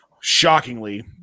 Shockingly